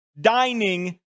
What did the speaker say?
dining